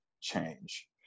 change